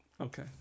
Okay